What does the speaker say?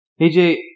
AJ